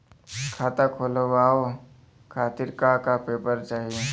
खाता खोलवाव खातिर का का पेपर चाही?